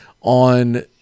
on